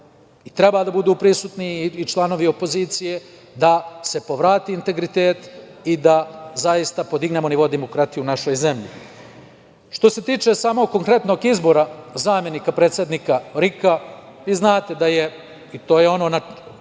treba da budu prisutni i članovi opozicije, da se povrati integritet i da zaista podignemo nivo demokratije u našoj zemlji. Što se tiče samog konkretnog izbora zamenika predsednika RIK-a, vi znate da je, i to je ono za